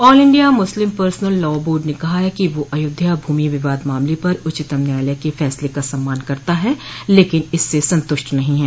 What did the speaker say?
all India Muslim personal law board ने कहा है कि वो अयोध्या भूमि विवाद मामले पर उच्चतम न्यायालय के फैसले का सम्मान करता है लेकिन इससे संतुष्ट नहीं है